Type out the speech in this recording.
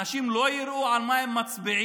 אנשים לא יראו על מה הם מצביעים?